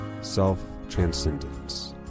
self-transcendence